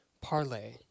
parlay